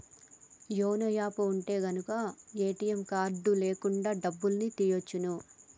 YONO app ఉంటె గనక ATM card లేకున్నా డబ్బుల్ని తియ్యచ్చును